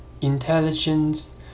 intelligence